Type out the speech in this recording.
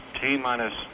T-minus